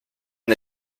the